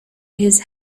his